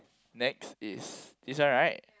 next is this one right